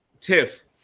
Tiff